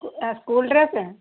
school dress